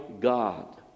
God